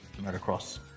motocross